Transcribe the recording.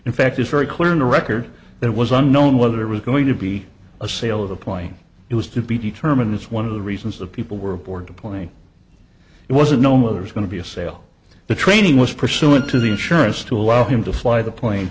in fact it's very clear in the record that was unknown whether it was going to be a sale of the plane it was to be determined it's one of the reasons that people were aboard the plane it wasn't no mother's going to be a sale the training was pursuant to the insurance to allow him to fly the plane